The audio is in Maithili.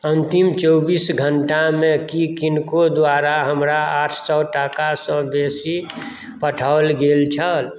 अन्तिम चौबीस घण्टामे की किनको द्वारा हमरा आठ सए टाकासँ बेसी पठाओल गेल छल